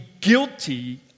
guilty